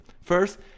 First